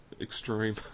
extreme